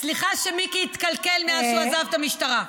סליחה שמיקי התקלקל מאז שהוא עזב את המשטרה.